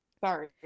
Sorry